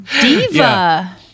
Diva